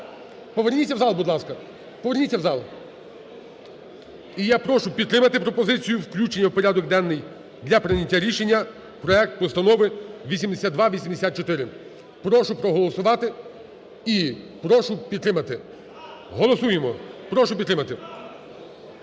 Поверніться в зал, будь ласка. Поверніться в зал. І я прошу підтримати пропозицію включення в порядок денний для прийняття рішення проекту Постанови 8284. Прошу проголосувати і прошу підтримати. Голосуємо. Прошу підтримати.